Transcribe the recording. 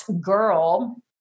girl